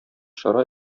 чара